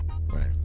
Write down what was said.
Right